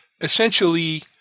essentially